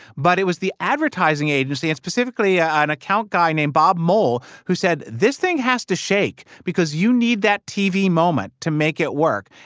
but it was the advertising agency and specifically an account guy named bob mole who said, this thing has to shake because you need that tv moment to make it work.